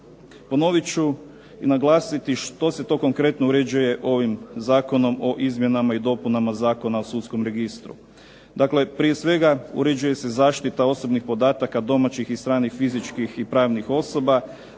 Ponovit ću i naglasiti što se to konkretno uređuje ovim Zakonom o izmjenama i dopunama Zakona o sudskom registru. Dakle prije svega uređuje se zaštita osobnih podataka domaćih i stranih fizičkih i pravnih osoba,